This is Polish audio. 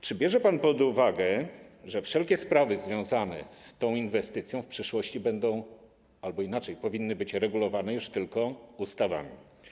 Czy bierze pan pod uwagę, że wszelkie sprawy związane z tą inwestycją w przyszłości będą - albo inaczej: powinny być - regulowane już tylko ustawami?